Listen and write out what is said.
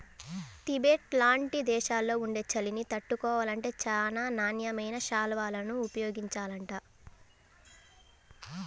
Tibet లాంటి దేశాల్లో ఉండే చలిని తట్టుకోవాలంటే చానా నాణ్యమైన శాల్వాలను ఉపయోగించాలంట